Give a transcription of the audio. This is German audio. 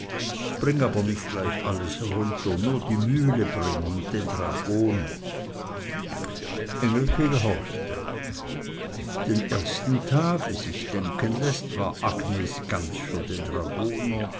bring aber nich gleich alles runter nur die mühle bring und den dragoner engelke gehorchte den ersten tag wie sich denken läßt war agnes ganz für den dragoner